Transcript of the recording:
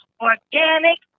organic